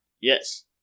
Yes